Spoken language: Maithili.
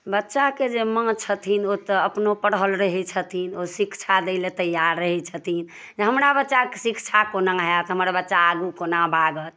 बच्चाके माँ छथिन ओ तऽ अपनो पढ़ल रहै छथिन ओ शिक्षा दै लए तैयार रहै छथिन कि हमरा बच्चाके शिक्षा कोना होयत हमर बच्चा आगू कोना भागत